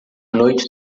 noite